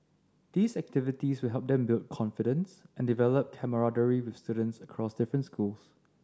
these activities will help them build confidence and develop camaraderie with students across different schools